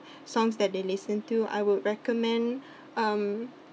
songs that they listen to I would recommend um